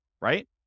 right